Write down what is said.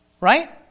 right